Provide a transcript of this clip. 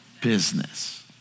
business